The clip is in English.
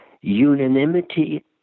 unanimity